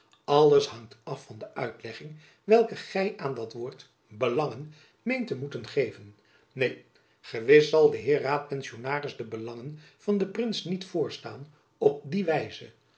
alles hangt af van de uitlegging welke gy aan dat woord belangen meent te moeten geven neen gewis zal de heer raadpensionaris de belangen van den prins niet voorstaan op die wijze